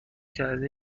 کرده